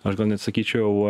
aš gal net sakyčiau